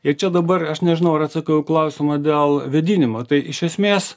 ir čia dabar aš nežinau ar atsakiau į klausimą dėl vėdinimo tai iš esmės